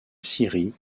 syrie